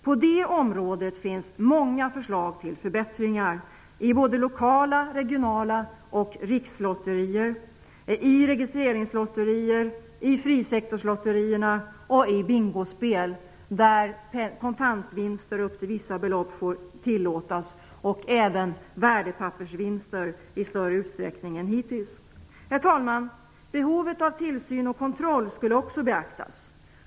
På det området finns många förslag till förbättringar i både lokala, regionala och rikslotterier, i registreringslotterier, i frisektorslotterierna och i bingospel, där kontantvinster upp till vissa belopp kan tillåtas och även värdepappersvinster i större utsträckning än hittills. Herr talman! Behovet av tillsyn och kontroll skulle också beaktas.